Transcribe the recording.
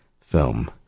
film